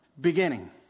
beginning